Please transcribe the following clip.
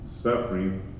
Suffering